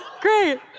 Great